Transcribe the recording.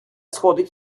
сходить